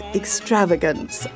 extravagance